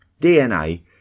DNA